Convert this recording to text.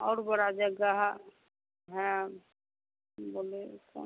और बड़ा जगह हाँ बोले हैं